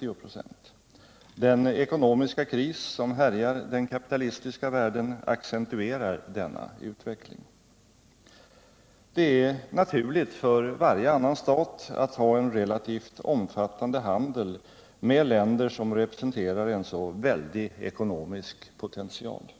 24. Den ekonomiska kris som härjar i den kapitalistiska världen accentuerar denna utveckling. Det är naturligt för varje annan stat att ha en relativt omfattande handel med länder som representerar en så väldig ekonomisk potential.